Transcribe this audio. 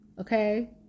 okay